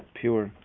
pure